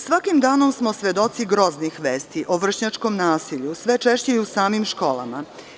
Svakim danom smo svedoci groznih vesti o vršnjačkom nasilju sve češće i u samim školama.